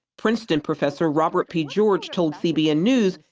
princeton professor robert p. george told cbn news,